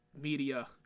media